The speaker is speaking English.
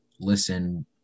listen